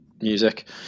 music